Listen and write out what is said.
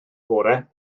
bore